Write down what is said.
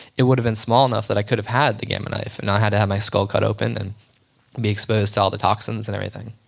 it would have been small enough that i could have had the gamma knife and not had to have my skull cut open and be exposed to all the toxins and everything